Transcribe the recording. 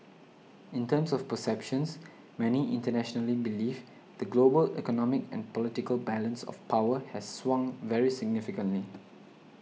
in terms of perceptions many internationally believe the global economic and political balance of power has swung very significantly